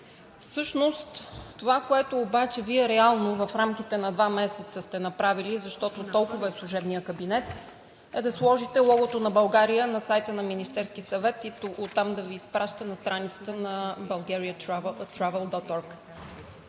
Това обаче, което Вие реално в рамките на два месеца сте направили, защото толкова е служебният кабинет, е да сложите логото на България на сайта на Министерския съвет и оттам да Ви изпраща на страницата на bulgariatraval.org.